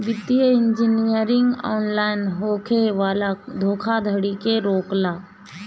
वित्तीय engineering online होखे वाला धोखाधड़ी के रोकेला